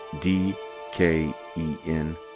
d-k-e-n